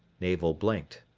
navel blinked.